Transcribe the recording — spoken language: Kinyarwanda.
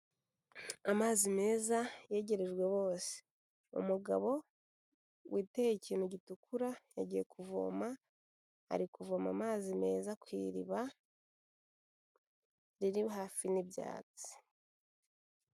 Amazi meza yegerejwe bose, umugabo witeye ikintu gitukura yagiye kuvoma, ari kuvoma amazi meza ku iriba ririba hafi n'ibyatsi.